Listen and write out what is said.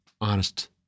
honest